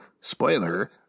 spoiler